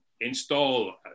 install